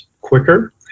quicker